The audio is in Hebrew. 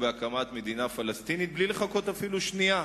בהקמת מדינה פלסטינית בלי לחכות אפילו שנייה,